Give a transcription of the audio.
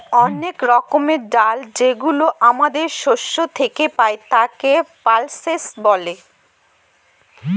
অনেক রকমের ডাল যেগুলো আমাদের শস্য থেকে পাই, তাকে পালসেস বলে